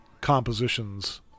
compositions